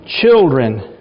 children